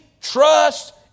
trust